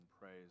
praise